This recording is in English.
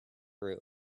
room